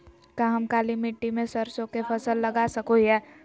का हम काली मिट्टी में सरसों के फसल लगा सको हीयय?